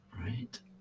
Right